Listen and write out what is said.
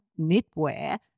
knitwear